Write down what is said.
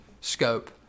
scope